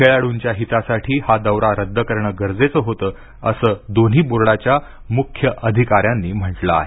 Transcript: खेळाडूंच्या हितासाठी हा दौरा रद्द करणे गरजेचं होतं असं दोन्ही बोर्डाच्या मुख्य अधिका्यांनी म्हटलं आहे